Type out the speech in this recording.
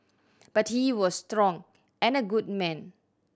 but he was strong and a good man